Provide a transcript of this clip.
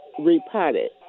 repotted